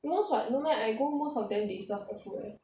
most [what] no meh I go most of them they serve the food leh